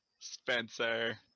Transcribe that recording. Spencer